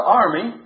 army